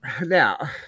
Now